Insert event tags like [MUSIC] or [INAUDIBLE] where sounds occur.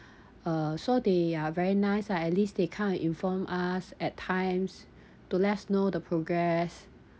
uh so they are very nice ah at least they come and inform us at times to let us know the progress [BREATH]